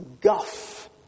guff